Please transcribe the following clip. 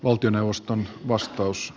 valtioneuvoston vastaus